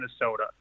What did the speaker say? Minnesota